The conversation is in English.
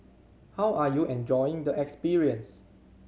how are you enjoying the experience